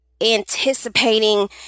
anticipating